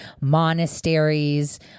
monasteries